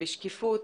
בשקיפות,